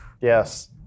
Yes